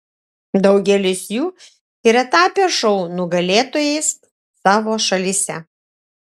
daugelis jų yra tapę šou nugalėtojais savo šalyse